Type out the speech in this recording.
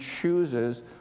chooses